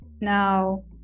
Now